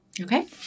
Okay